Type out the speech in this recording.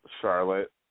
Charlotte